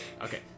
Okay